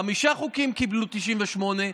חמישה חוקים קיבלו 98,